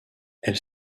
elle